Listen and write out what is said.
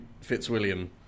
Fitzwilliam